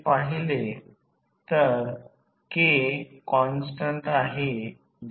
आता म्हणून R1 j X1 मधील व्होल्टेज ड्रॉप नगण्य आहे कारण I0 फारच कमी आहे